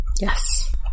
Yes